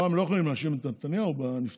הפעם הם לא יכולים להאשים את נתניהו בנפטרים,